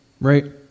right